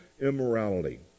immorality